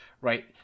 Right